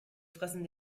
fressen